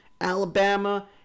Alabama